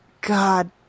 God